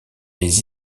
les